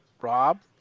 Rob